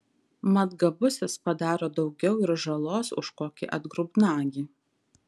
mat gabusis padaro daugiau ir žalos už kokį atgrubnagį